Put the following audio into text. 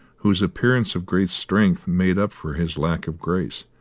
whose appearance of great strength made up for his lack of grace,